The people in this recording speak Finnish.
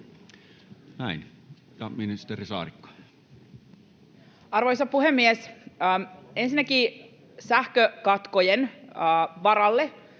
Näin. — Ja ministeri Saarikko. Arvoisa puhemies! Ensinnäkin sähkökatkojen varalle